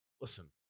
listen